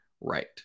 right